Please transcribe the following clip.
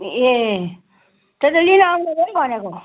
ए त्यही त लिन आउनु खोइ भनेको